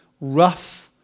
rough